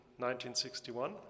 1961